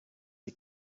est